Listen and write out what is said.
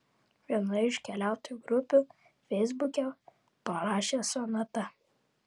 vienoje iš keliautojų grupių feisbuke parašė sonata